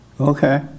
Okay